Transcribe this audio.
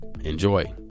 Enjoy